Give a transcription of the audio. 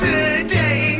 Today